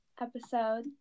episode